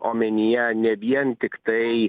omenyje ne vien tiktai